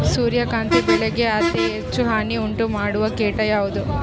ಸೂರ್ಯಕಾಂತಿ ಬೆಳೆಗೆ ಅತೇ ಹೆಚ್ಚು ಹಾನಿ ಉಂಟು ಮಾಡುವ ಕೇಟ ಯಾವುದು?